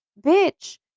bitch